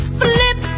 flip